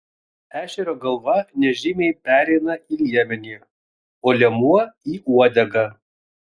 ešerio galva nežymiai pereina į liemenį o liemuo į uodegą